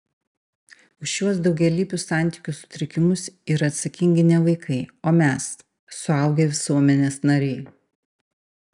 už šiuos daugialypius santykių sutrikimus yra atsakingi ne vaikai o mes suaugę visuomenės nariai